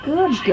Good